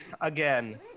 again